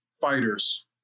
fighters